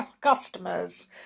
customers